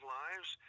lives